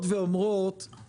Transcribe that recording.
לא מכריחים אותה לעשות את זה.